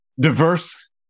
Diverse